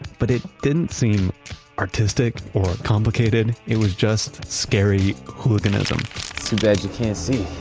but it didn't seem artistic or complicated, it was just scary hooliganism. too bad you can't see